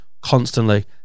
constantly